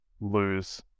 lose